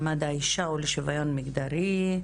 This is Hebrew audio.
אני פותחת את הישיבה של הוועדה לקידום מעמד האישה ולשוויון מגדרי.